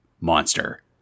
monster